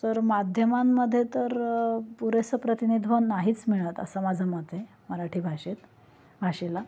तर माध्यमांमध्ये तर पुरेसं प्रतिनिधित्व नाहीच मिळत असं माझं मत आहे मराठी भाषेत भाषेला